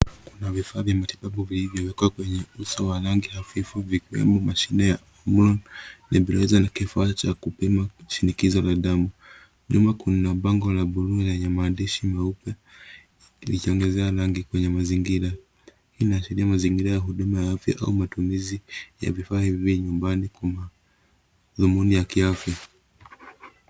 Kuna vifaa vya matibabu vilivyowekwa kwenye uso wa rangi hafifu vikiwemo mashine ya homon , nebulaizer na kifaa cha kupima shinikizo la damu. Nyuma kuna bango la blue lenye maandishi meupe, likiongeza rangi kwenye mazingira. Hii inaashiria mazingira ya huduma ya afya au matumizi ya vifaa hivi nyumbani kwa dhumuni ya kiafya.